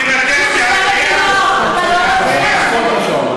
חבר הכנסת יוסף ג'בארין.